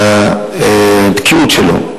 והבקיאות שלו,